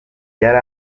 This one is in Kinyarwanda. yari